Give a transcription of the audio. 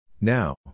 Now